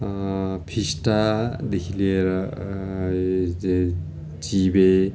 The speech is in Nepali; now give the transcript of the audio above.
फिस्टादेखि लिएर जे चिबे